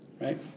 right